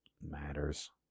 matters